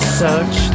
search